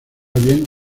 bien